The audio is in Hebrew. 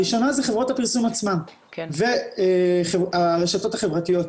הראשונה זה חברות הפרסום עצמן והרשתות החברתיות.